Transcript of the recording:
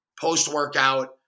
post-workout